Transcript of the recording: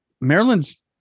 Maryland's